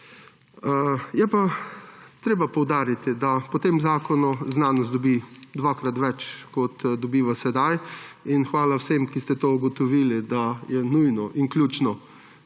Je pa treba poudariti, da po tem zakonu znanost dobi dvakrat več, kot dobiva sedaj, in hvala vsem, ki ste to ugotovili, da je nujno in ključno